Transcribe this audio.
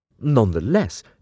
Nonetheless